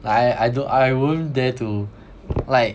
I I don~ I won't dare to like